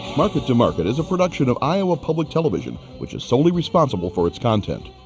market to market is a production of iowa public television which is solely responsible for its content.